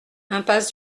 impasse